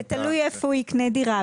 זה תלוי איפה הוא יקנה דירה,